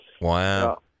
Wow